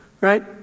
right